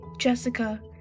Jessica